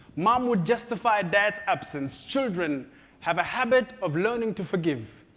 mom would justify dad's absence. children have a habit of learning to forgive.